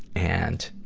and,